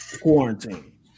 quarantine